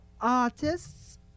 artists